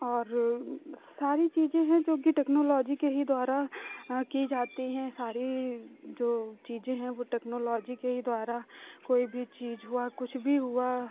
और सारी चीज़ें हैं जोकि टेक्नोलॉजी के ही द्वारा की जाती हैं सारी जो चीज़ें हैं वो टेक्नोलॉजी के ही द्वारा कोई भी चीज हुआ कुछ भी हुआ